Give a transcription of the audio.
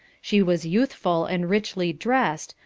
she was youthful and richly dressed,